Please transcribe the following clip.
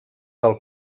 del